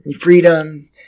freedom